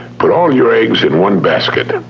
put all your eggs in one basket,